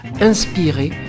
inspiré